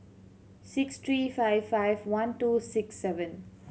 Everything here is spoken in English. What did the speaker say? six three five five one two six seven